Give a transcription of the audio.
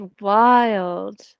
wild